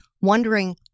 wondering